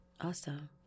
Awesome